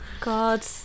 God